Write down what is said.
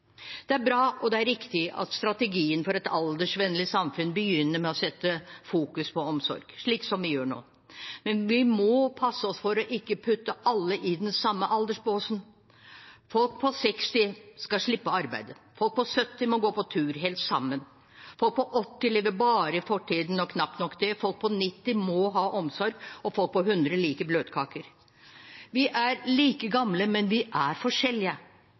Det er bra, og det er riktig at strategien for et aldersvennlig samfunn begynner med å fokusere på omsorg, slik vi gjør nå. Men vi må passe oss for å putte alle i den samme aldersbåsen: Folk på 60 år skal slippe å arbeide, folk på 70 år må gå på tur – helst sammen, folk på 80 år lever bare i fortiden og knapt nok det, folk på 90 år må ha omsorg, og folk på 100 år liker bløtkake. Vi er like gamle, men vi er forskjellige.